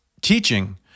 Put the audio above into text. Teaching